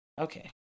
Okay